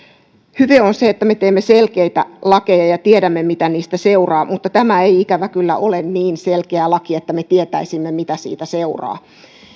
hyve on se että me teemme selkeitä lakeja ja tiedämme mitä niistä seuraa mutta tämä ei ikävä kyllä ole niin selkeä laki että me tietäisimme mitä siitä seuraa